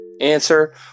Answer